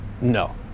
no